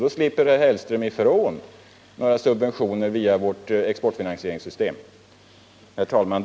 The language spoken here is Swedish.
Då slipper herr Hellström se att vi ger subventioner via vårt exportfinansieringssystem. Herr talman!